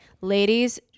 ladies